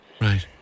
Right